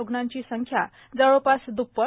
रुग्णांची संख्या जवळपास द्प्पट